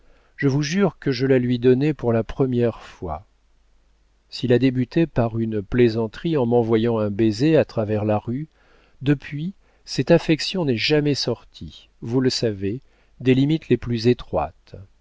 je vous jure que je la lui donnais pour la première fois s'il a débuté par une plaisanterie en m'envoyant un baiser à travers la rue depuis cette affection n'est jamais sortie vous le savez des limites les plus étroites